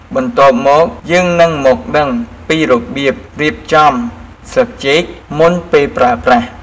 បន្ទាប់មក យើងនឹងមកដឹងពីរបៀបរៀបចំស្លឹកចេកមុនពេលប្រើប្រាស់។